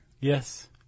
Yes